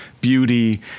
beauty